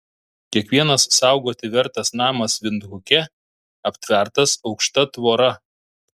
kiekvienas saugoti vertas namas vindhuke aptvertas aukšta tvora